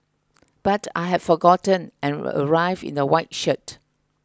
but I had forgotten and arrived in a white shirt